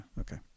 Okay